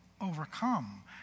overcome